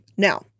Now